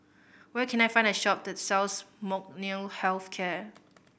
where can I find a shop that sells Molnylcke Health Care